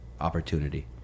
opportunity